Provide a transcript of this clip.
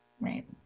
right